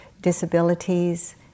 disabilities